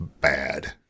bad